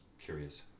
curious